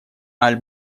аль